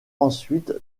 ensuite